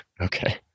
Okay